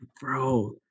Bro